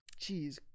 Jeez